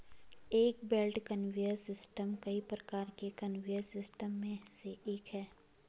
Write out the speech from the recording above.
एक belt conveyor system कई प्रकार के कन्वेयर सिस्टम में से एक है